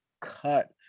cut